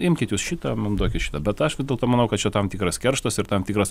imkit jūs šitą mum duokit šitą bet aš vis dėlto manau kad čia tam tikras kerštas ir tam tikras